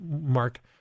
Mark